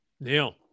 Neil